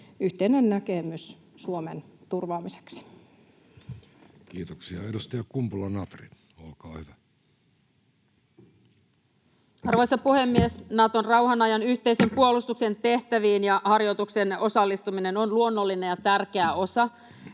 yhteinen näkemys Suomen turvaamiseksi. Kiitoksia. — Edustaja Kumpula-Natri, olkaa hyvä. Arvoisa puhemies! Naton rauhanajan yhteisen puolustuksen tehtäviin ja harjoituksiin osallistuminen on luonnollinen ja tärkeä osa